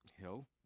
Hill